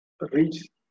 reach